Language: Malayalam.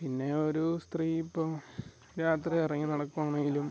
പിന്നെ ഒരു സ്ത്രീ ഇപ്പം രാത്രി ഇറങ്ങി നടക്കുകയാണെങ്കിലും